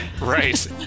Right